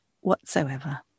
whatsoever